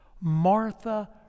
Martha